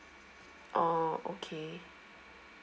orh okay